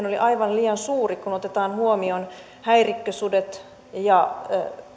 oli aivan liian suuri kun otetaan huomioon häirikkösudet ja